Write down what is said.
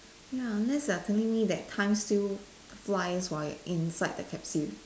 ya unless you're telling me that time still flies while you're inside the capsule